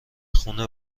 خونه